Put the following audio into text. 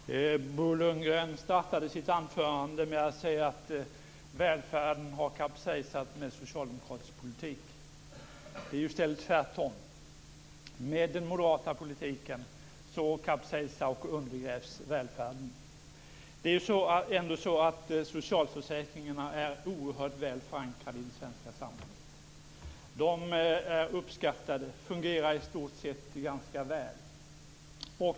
Herr talman! Bo Lundgren startade sitt anförande med att säga att välfärden har kapsejsat med socialdemokratisk politik. Det är ju i stället tvärtom. Med den moderata politiken kapsejsar och undergrävs välfärden. Socialförsäkringarna är oerhört väl förankrade i det svenska samhället. De är uppskattade och fungerar i stort sett ganska väl.